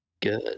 Good